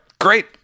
great